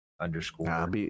underscore